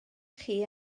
chi